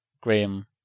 Graham